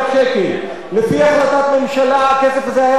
לפי החלטת הממשלה הכסף הזה היה צריך להיות מיועד